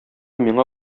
миңа